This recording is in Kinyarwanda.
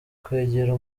kwegera